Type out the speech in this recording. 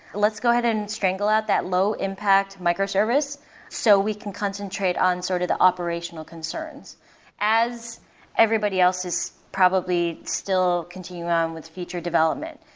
let's go ahead and strangle out that low impact microservice so we can concentrate on sort of the operational concerns as everybody else is probably still continuing on with feature development.